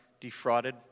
defrauded